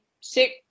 six